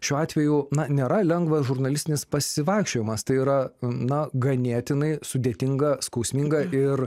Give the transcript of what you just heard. šiuo atveju na nėra lengva žurnalistinis pasivaikščiojimas tai yra na ganėtinai sudėtinga skausminga ir